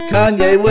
Kanye